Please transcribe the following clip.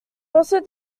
also